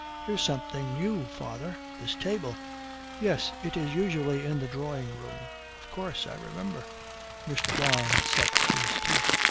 here's something new, father this table yes, it is usually in the drawing-room of course. i remember mr. don sets his teeth.